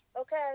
okay